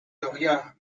doria